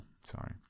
Sorry